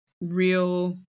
real